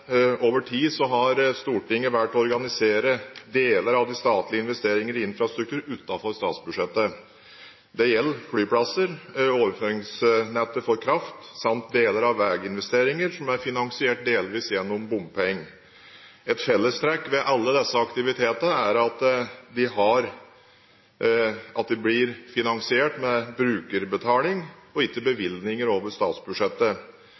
Over tid har Stortinget valgt å organisere deler av de statlige investeringer i infrastruktur utenfor statsbudsjettet. Det gjelder flyplasser, overføringsnettet for kraft samt deler av veiinvesteringer, som er finansiert delvis gjennom bompenger. Et fellestrekk ved alle disse aktivitetene er at de blir finansiert med brukerbetaling og ikke bevilgninger over statsbudsjettet.